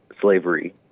slavery